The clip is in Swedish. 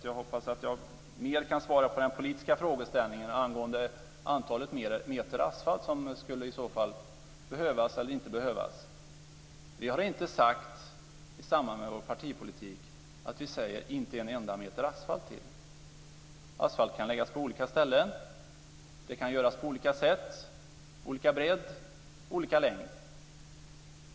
Jag hoppas att jag mer kan svara på den politiska frågeställningen angående det antal meter asfalt som skulle behövas eller inte behövas. Vi har inte i samband med vår partipolitik sagt: Inte en enda meter asfalt till. Asfalt kan läggas på olika ställen. Det kan göras på olika sätt. Det kan vara olika bredd och olika längd.